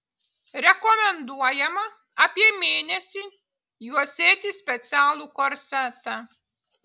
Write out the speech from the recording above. rekomenduojama apie mėnesį juosėti specialų korsetą